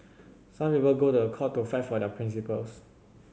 some people go to a court to fight for their principles